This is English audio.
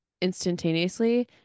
instantaneously